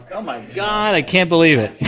oh my god, i can't believe it.